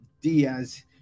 Diaz